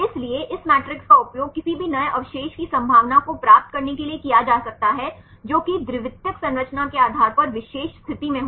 इसलिए इस मैट्रिक्स का उपयोग किसी भी नए अवशेष की संभावना को प्राप्त करने के लिए किया जा सकता है जो कि द्वितीयक संरचना के आधार पर विशेष स्थिति में हो